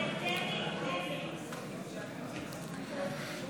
תוספת תקציב לא נתקבלו.